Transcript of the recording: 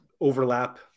overlap